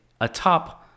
atop